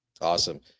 Awesome